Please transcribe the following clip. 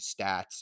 stats